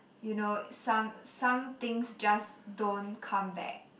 you know some some things just don't come back